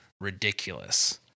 ridiculous